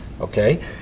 Okay